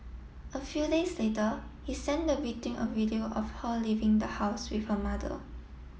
a few days later he sent the victim a video of her leaving the house with her mother